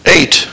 Eight